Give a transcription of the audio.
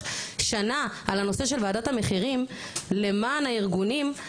שנה על הנושא של ועדת המחירים למען הארגונים,